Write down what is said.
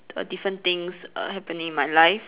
different things err happening in my life